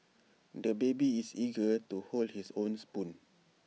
the baby is eager to hold his own spoon